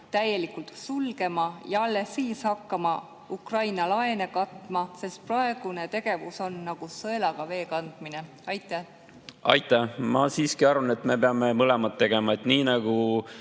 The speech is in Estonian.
täielikult sulgema ja alles siis hakkama Ukraina laene katma, sest praegune tegevus on nagu sõelaga vee kandmine? Aitäh! Ma siiski arvan, et me peame mõlemat tegema. Nii nagu